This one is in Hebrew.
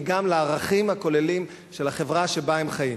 היא גם לערכים הכוללים של החברה שבה הם חיים.